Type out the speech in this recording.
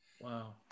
Wow